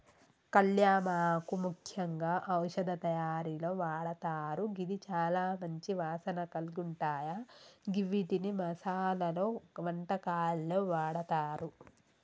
కళ్యామాకు ముఖ్యంగా ఔషధ తయారీలో వాడతారు గిది చాల మంచి వాసన కలిగుంటాయ గివ్విటిని మసాలలో, వంటకాల్లో వాడతారు